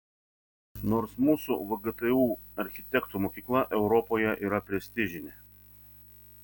nors mūsų vgtu architektų mokykla europoje yra prestižinė